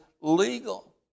legal